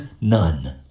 none